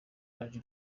range